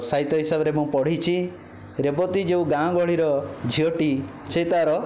ସାହିତ୍ୟ ହିସାବରେ ମୁଁ ପଢ଼ିଛି ରେବତୀ ଯେଉଁ ଗାଁ ଗହଳିର ଝିଅଟି ସେ ତାର